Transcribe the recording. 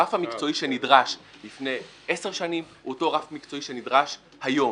הרף המקצועי שנדרש לפני עשר שנים הוא אותו רף מקצועי שנדרש היום.